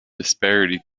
disparity